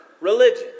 religion